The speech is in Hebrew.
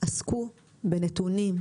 עסקו בנתונים,